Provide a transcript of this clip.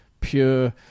pure